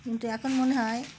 কিন্তু এখন মনে হয়